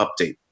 update